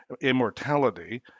immortality